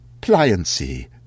pliancy